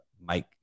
mike